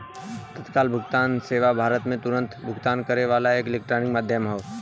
तत्काल भुगतान सेवा भारत में तुरन्त भुगतान करे वाला एक इलेक्ट्रॉनिक माध्यम हौ